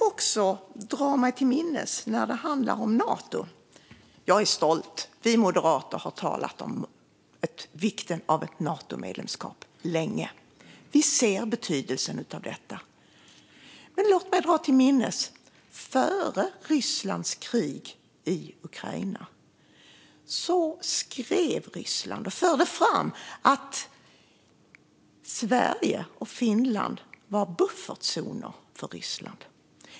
När det gäller Nato är jag stolt över att vi moderater länge har talat om vikten av ett Natomedlemskap. Vi ser betydelsen av detta. Jag drar mig dock till minnes att Ryssland före sitt krig i Ukraina förde fram att Sverige och Finland var buffertzoner för Ryssland.